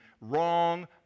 wrong